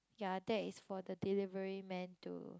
ya that is for the delivery man to